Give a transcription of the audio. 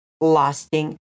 lasting